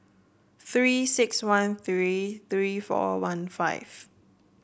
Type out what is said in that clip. Three six one three three four one five